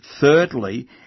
thirdly